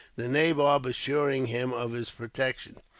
the nabob assuring him of his protection.